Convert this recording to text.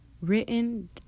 written